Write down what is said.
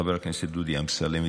חבר הכנסת דודי אמסלם,